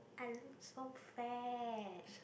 I look so fat